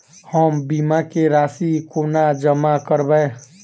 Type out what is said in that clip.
हम बीमा केँ राशि कोना जमा करबै?